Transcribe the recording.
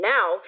Now